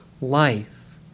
life